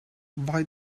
why